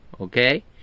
Okay